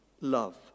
love